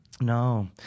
no